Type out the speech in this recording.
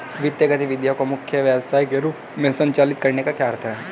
वित्तीय गतिविधि को मुख्य व्यवसाय के रूप में संचालित करने का क्या अर्थ है?